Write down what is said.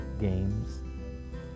games